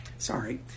Sorry